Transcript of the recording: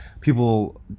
people